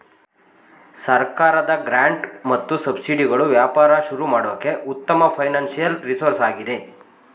ಸರ್ಕಾರದ ಗ್ರಾಂಟ್ ಮತ್ತು ಸಬ್ಸಿಡಿಗಳು ವ್ಯಾಪಾರ ಶುರು ಮಾಡೋಕೆ ಉತ್ತಮ ಫೈನಾನ್ಸಿಯಲ್ ರಿಸೋರ್ಸ್ ಆಗಿದೆ